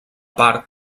part